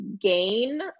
gain